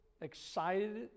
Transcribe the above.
excited